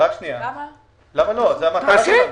למה לא, זו המטרה שלנו.